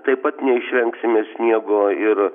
taip pat neišvengsime sniego ir